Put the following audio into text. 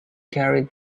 carried